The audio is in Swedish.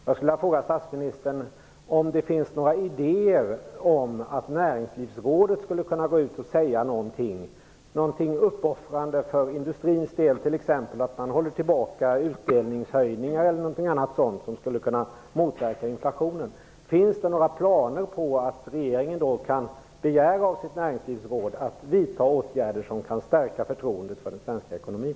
Jag skulle vilja fråga statsministern om det finns några idéer om att Näringslivsrådet skulle kunna gå ut med ett budskap, t.ex. något uppoffrande för industrins del om att hålla tillbaka utdelningshöjningar eller något annat sådant som skulle kunna motverka inflationen. Finns det några planer på att regeringen kan begära av sitt näringslivsråd att vidta åtgärder som kan stärka förtroendet för den svenska ekonomin?